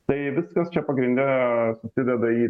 tai viskas čia pagrinde susideda į